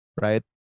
right